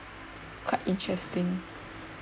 quite interesting